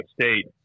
State